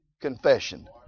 confession